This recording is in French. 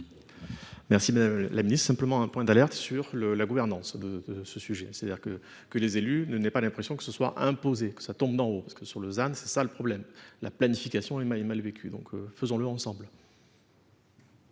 Merci madame la ministre. Simplement un point d'alerte sur la gouvernance de ce sujet. C'est à dire que les élus ne n'aient pas l'impression que ce soit imposé, que ça tombe d'en haut. Parce que sur le ZAN, c'est ça le problème. La planification est mal vécue. Donc faisons-le ensemble.